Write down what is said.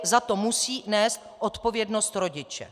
Za to musí nést odpovědnost rodiče.